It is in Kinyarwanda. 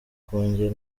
kongera